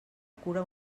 cura